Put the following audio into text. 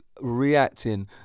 reacting